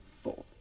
four